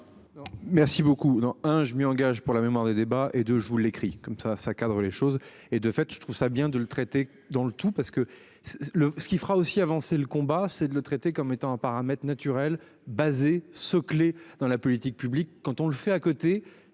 Merci beaucoup dans un je m'y engage pour la mémoire des débats et de je vous l'écris comme ça, ça cadre les choses et de fait, je trouve ça bien de le traiter dans le tout parce que. Le ce qui fera aussi avancer le combat, c'est de le traiter comme étant un paramètre naturels basée ce clé dans la politique publique quand on le fait à côté.